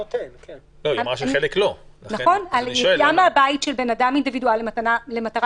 על יציאה מן הבית של אדם אינדיבידואלי למטרה